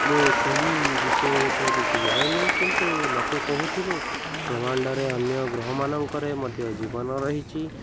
ମୁଁ ସେହି ବିଷୟରେ ତ କିଛି ଜାଣିନି କିନ୍ତୁ ଲୋକେ କହୁଥିବେ ବ୍ରହ୍ମାଣ୍ଡରେ ଅନ୍ୟ ଗ୍ରହମାନଙ୍କରେ ମଧ୍ୟ ଜୀବନ ରହିଛି